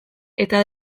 eta